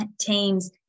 teams